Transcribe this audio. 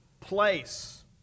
place